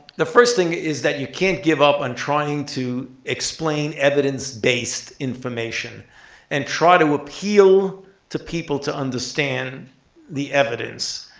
the first thing is that you can't give up on trying to explain evidence-based information and try to appeal to people to understand the evidence.